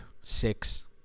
six